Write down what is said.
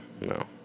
no